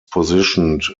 positioned